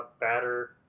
batter